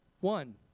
one